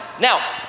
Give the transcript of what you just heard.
Now